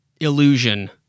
illusion